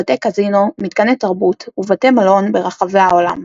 בתי קזינו, מתקני תרבות ובתי מלון ברחבי העולם.